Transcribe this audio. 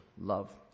love